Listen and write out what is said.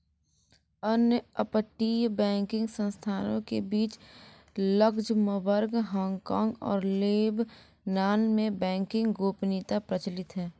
अन्य अपतटीय बैंकिंग संस्थानों के बीच लक्ज़मबर्ग, हांगकांग और लेबनान में बैंकिंग गोपनीयता प्रचलित है